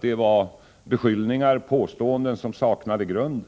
det var beskyllningar, påståenden som saknade grund.